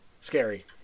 scary